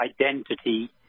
identity